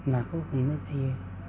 नाखौ हमनाय जायो